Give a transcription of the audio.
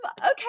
okay